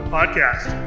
podcast